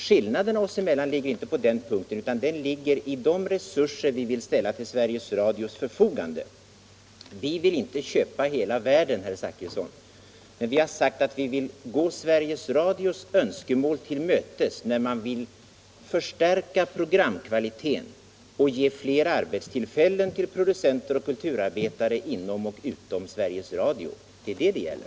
Skillnaden oss emellan ligger inte på den punkten, utan den ligger i de resurser som ställs till Sveriges Radios förfogande. Vi vill inte köpa hela världen, herr Zachrisson, men vi har velat gå Sveriges Radios önskemål till mötes när man vill förstärka programkvaliteten och ge fler arbetstillfällen för producenter och kulturarbetare inom och utom Sveriges Radio. Det är detta det gäller.